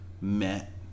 met